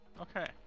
Okay